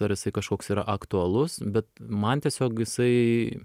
ar jisai kažkoks yra aktualus bet man tiesiog jisai